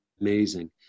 amazing